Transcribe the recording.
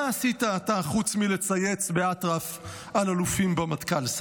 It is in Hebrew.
מה עשית אתה חוץ מלצייץ באטרף על אלופים במטכ"ל,